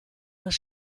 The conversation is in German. das